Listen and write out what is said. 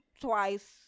twice